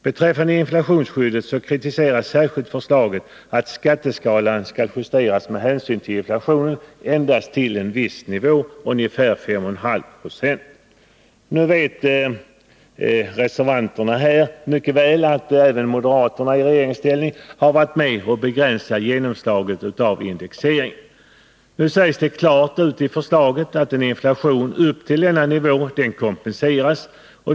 Beträffande inflationsskyddet kritiseras särskilt förslaget att skatteskalan skall justeras med hänsyn till inflationen endast till en viss nivå, nämligen ungefär 5,5 9. Nu vet reservanterna mycket väl att även moderaterna i regeringsställning har varit med om att begränsa genomslaget av indexeringen. Det sägs klart ut i förslaget att en inflation upp till den nämnda nivån kompenseras.